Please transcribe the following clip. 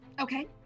Okay